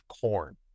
corn